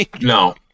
No